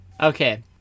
Okay